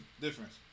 difference